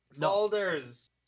folders